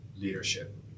leadership